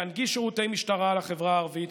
להנגיש שירותי משטרה לחברה הערבית,